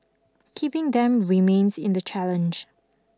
keeping them remains in the challenge